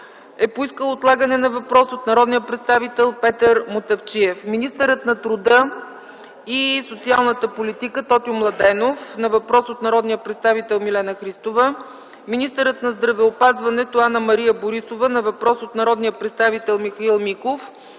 е поискал отлагане на въпрос от народния представител Петър Мутафчиев; - министърът на труда и социалната политика Тотю Младенов – на въпрос от народния представител Милена Христова; - министърът на здравеопазването Анна-Мария Борисова – на въпрос от народния представител Михаил Миков;